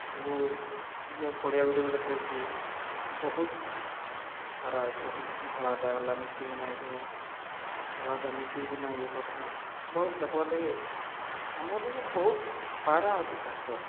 ସବୁ ଯେନ୍ ପଡ଼ିଆ ଗୁଟେ ଗୁଟେ ଥାଏସି ବହୁତ୍ ପାରା ଆଏସନ୍ ଧଳାଟା ଗଲା ମିଶିକିନା ଆଇଥିସନ୍ ଧଳାଟା ମିଶିକିନା ଇଏ କର୍ସନ୍ ବହୁତ୍ ଦେଖ୍ବାର୍ ଲାଗି ଆମର୍ ଇନେ ବହୁତ୍ ପାରା ଅଧିକାଂଶ